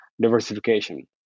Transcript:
diversification